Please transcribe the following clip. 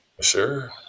Sure